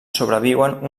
sobreviuen